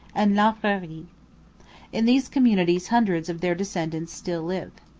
and laprairie. in these communities hundreds of their descendants still live.